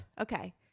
Okay